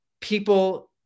people